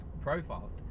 profiles